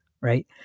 right